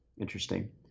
Interesting